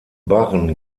barren